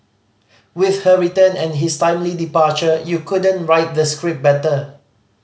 with her return and his timely departure you couldn't write the script better